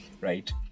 right